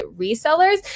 resellers